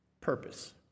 purpose